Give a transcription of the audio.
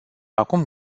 acum